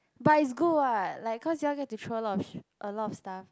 but is good what like cause you all get to throw a lot a lot of stuff